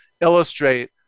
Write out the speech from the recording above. illustrate